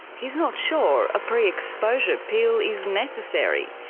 he's not sure a pre-exposure pill is necessary.